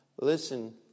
Listen